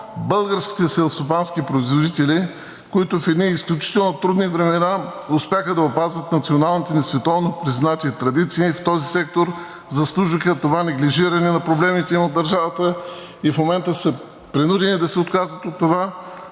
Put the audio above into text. българските селскостопански производители, които в едни изключително трудни времена успяха да опазят националните ни световно признати традиции в този сектор, заслужиха това неглижиране на проблемите им от държавата и в момента са принудени да се отказват от това,